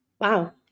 Wow